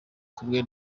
kumwe